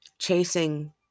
chasing